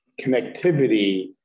connectivity